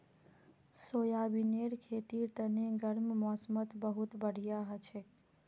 सोयाबीनेर खेतीर तने गर्म मौसमत बहुत बढ़िया हछेक